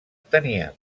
tenia